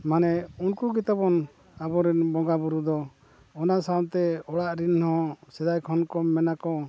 ᱢᱟᱱᱮ ᱩᱱᱠᱩ ᱜᱮᱛᱟᱵᱚᱱ ᱟᱵᱚᱨᱮᱱ ᱵᱚᱸᱜᱟ ᱵᱩᱨᱩ ᱫᱚ ᱚᱱᱟ ᱥᱟᱶᱛᱮ ᱚᱲᱟᱜ ᱨᱮᱱᱦᱚᱸ ᱥᱮᱫᱟᱭ ᱠᱷᱚᱱ ᱠᱚ ᱢᱮᱱᱟ ᱠᱚ